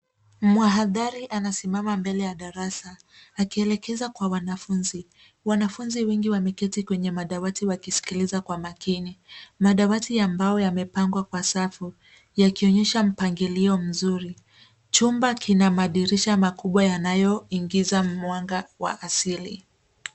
Mhadhiri anasimama mbele ya darasa akielekeza kwa wanafunzi. Wanafunzi wengi wameketi kwenye madawati wakisikiliza kwa makini. Madawati ya mbao yamepangwa safu yakionyesha mpangilio mzuri. Chumba kina madirisha makubwa yanayoingiza mwanga wa asili.